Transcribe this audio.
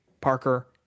Parker